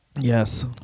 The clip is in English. Yes